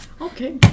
Okay